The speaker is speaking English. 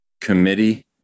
committee